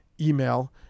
email